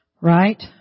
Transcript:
Right